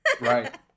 Right